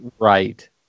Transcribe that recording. right